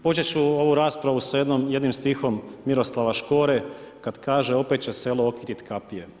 Počet ću ovu raspravu sa jednim stihom Miroslava Škore kad kaže opet će selo okitit kapije.